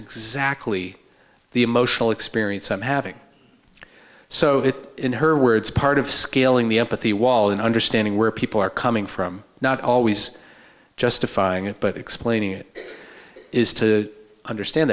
exactly the emotional experience i'm having so that in her words part of scaling the empathy wall in understanding where people are coming from not always justifying it but explaining it is to understand